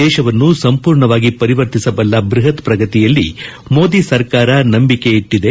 ದೇಶವನ್ನು ಸಂಪೂರ್ಣವಾಗಿ ಪರಿವರ್ತಿಸಬಲ್ಲ ಬ್ಬಹತ್ ಪ್ರಗತಿಯಲ್ಲಿ ಮೋದಿ ಸರ್ಕಾರ ನಂಬಿಕೆ ಇಟ್ಟಿದೆ